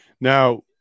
Now